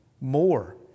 more